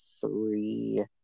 three